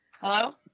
Hello